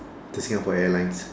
to Singapore Airlines